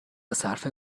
صرف